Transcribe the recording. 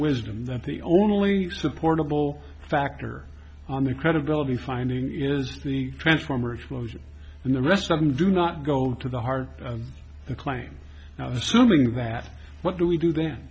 wisdom that the only supportable factor on the credibility finding is the transformer explosion and the rest of them do not go to the heart of the claim now assuming that what do we do th